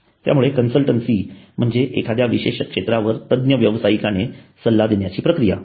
त्यामुळे कन्सल्टन्सी म्हणजे एखाद्या विशेष क्षेत्रावर तज्ञ व्यावसायिकाने सल्ला देण्याची प्रक्रिया